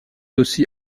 aussi